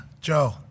Joe